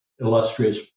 illustrious